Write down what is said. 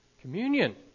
communion